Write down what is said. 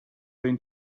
been